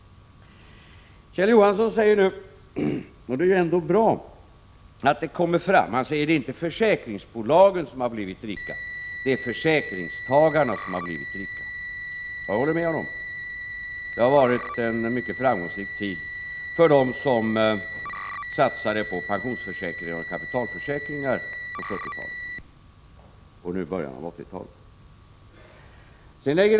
Kjell Johansson säger — jag tycker att det är bra att detta kommer fram mera — att det inte är försäkringsbolagen som blivit rika, utan försäkringstagarna. Jag håller med honom. Det har varit en mycket framgångsrik tid för dem som satsade på pensionsförsäkringar och kapitalförsäkringar på 1970 talet och i början av 1980-talet.